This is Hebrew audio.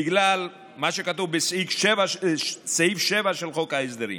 בגלל מה שכתוב בסעיף 7 של חוק ההסדרים.